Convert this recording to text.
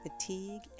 fatigue